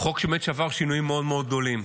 הוא חוק שבאמת עבר שינויים מאוד מאוד גדולים.